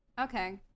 okay